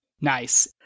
Nice